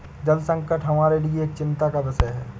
जल संकट हमारे लिए एक चिंता का विषय है